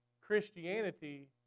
Christianity